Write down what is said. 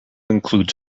includes